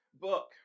book